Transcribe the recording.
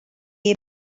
year